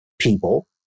People